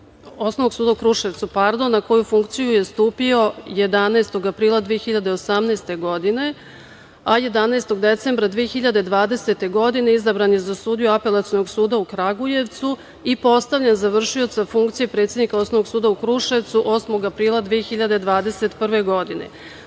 Osnovnog suda u Kruševcu. Na funkciju je stupio 11. aprila 2018. godine, a 11. decembra 2020. godine izabran je za sudiju Apelacionog suda u Kragujevcu i postavljen za vršioca funkcije predsednika Osnovnog suda u Kruševcu 8. apr8ila 2021. godine. Prema